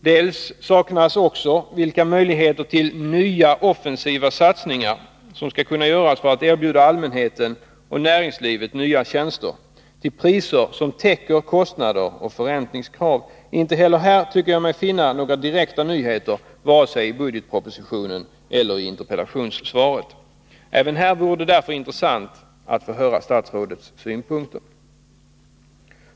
Dessutom saknas uppgifter om vilka möjligheter till nya offensiva satsningar som skall kunna göras för att erbjuda allmänheten och näringslivet nya tjänster till priser som täcker kostnader och förräntningskrav. Inte heller här tycker jag mig finna några direkta nyheter, vare sig i budgetpropositionen eller i interpellationssvaret. Även här vore det därför intressant att få höra statsrådets synpunkter.